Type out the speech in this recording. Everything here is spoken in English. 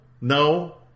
no